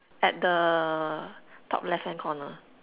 at the top left hand corner